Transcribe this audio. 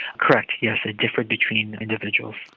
correct, yes, different between individuals.